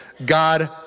God